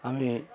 আমি